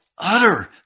Utter